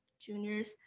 juniors